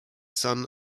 son